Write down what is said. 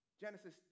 Genesis